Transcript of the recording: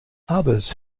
others